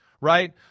right